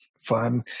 fun